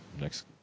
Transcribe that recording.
next